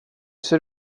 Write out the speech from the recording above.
ser